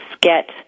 get